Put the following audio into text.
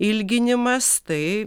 ilginimas tai